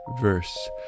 Verse